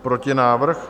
Protinávrh?